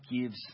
gives